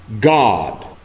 God